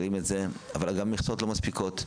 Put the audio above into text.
אבל גם המכסות לא מספיקות.